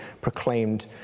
proclaimed